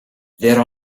there